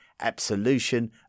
absolution